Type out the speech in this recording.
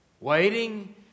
Waiting